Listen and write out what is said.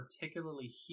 particularly